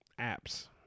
apps